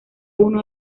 uno